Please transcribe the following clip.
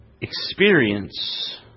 experience